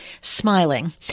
smiling